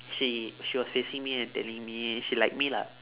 she she was facing me and telling me she like me lah